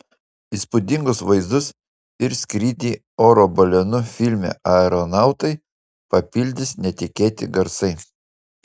įspūdingus vaizdus ir skrydį oro balionu filme aeronautai papildys netikėti garsai